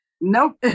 Nope